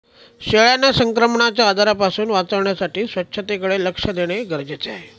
शेळ्यांना संक्रमणाच्या आजारांपासून वाचवण्यासाठी स्वच्छतेकडे लक्ष देणे गरजेचे आहे